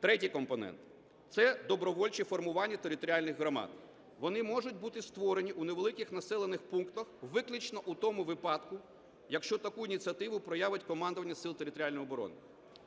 Третій компонент – це добровольчі формування територіальних громад. Вони можуть бути створені у невеликих населених пунктах виключно у тому випадку, якщо таку ініціативу проявить командування Сил територіальної оборони,